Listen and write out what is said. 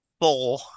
four